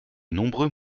nombreux